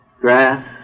grass